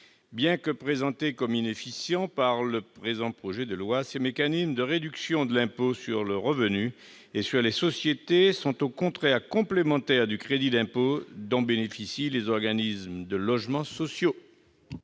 Bien que présentés comme « inefficients » par ce projet de loi de finances, ces mécanismes de réduction de l'impôt sur le revenu et sur les sociétés sont au contraire complémentaires du crédit d'impôt dont bénéficient les organismes de logements sociaux.